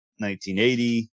1980